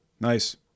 Nice